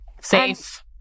Safe